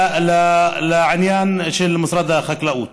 לעניין של משרד החקלאות.